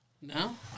No